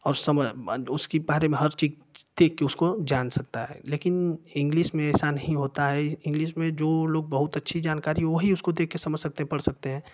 और समझ उसकी बारे में हर चीज़ थी कि उसको जान सकता है लेकिन इंग्लिस में ऐसा नहीं होता है इंग्लिस में जो लोग बहुत अच्छी जानकारी है वही उसको देख कर समझ सकते हैं पढ़ सकते हैं